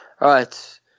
Right